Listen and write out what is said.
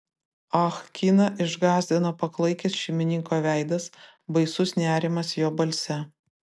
ah kiną išgąsdino paklaikęs šeimininko veidas baisus nerimas jo balse